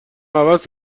عوض